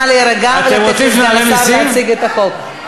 נא להירגע ולתת לסגן השר להציג את החוק.